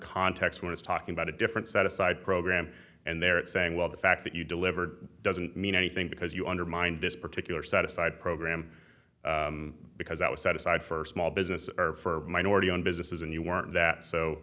context one is talking about a different set aside program and they're saying well the fact that you delivered doesn't mean anything because you undermined this particular set aside program because that was set aside for small business for minority owned businesses and you weren't that so